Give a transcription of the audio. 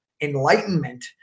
Enlightenment